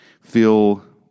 feel